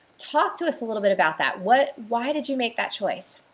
talk to us a little bit about that. what. why did you make that choice?